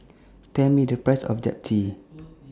Tell Me The Price of Japchae